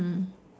mm